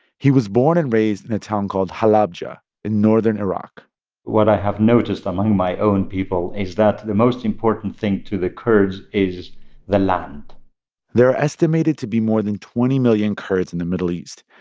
he was born and raised in a town called halabja in northern iraq what i have noticed among my own people is that the most important thing to the kurds is the land there are estimated to be more than twenty million kurds in the middle east.